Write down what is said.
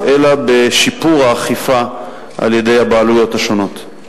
אלא בשיפור האכיפה על-ידי הבעלויות השונות.